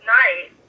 night